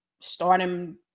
starting